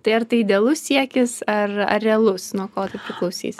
tai ar tai idealus siekis ar ar realus nuo ko tai priklausys